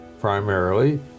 primarily